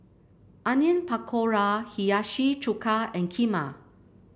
Onion Pakora Hiyashi Chuka and Kheema